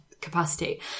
capacity